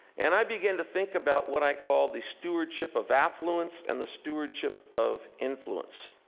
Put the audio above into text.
and i began to think about what i call the stewardship of affluence and the stewardship of influence.